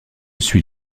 suis